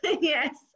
Yes